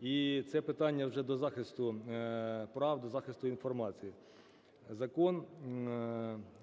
І це питання вже до захисту прав, до захисту інформації. Закон